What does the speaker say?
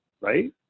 Right